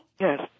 Yes